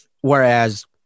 Whereas